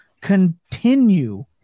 continue